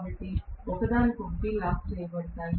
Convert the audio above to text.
కాబట్టి రెండు ఒకదానితో ఒకటి లాక్ చేయబడతాయి